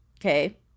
okay